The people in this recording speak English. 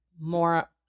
more